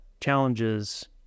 challenges